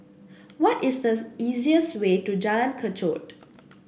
what is the easiest way to Jalan Kechot